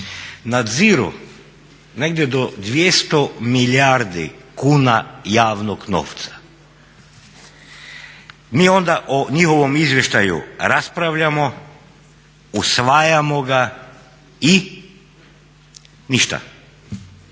nadziru negdje do 200 milijardi kuna javnog novca. Mi onda o njihovom izvještaju raspravljamo, usvajamo ga i? Ništa!